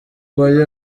bayo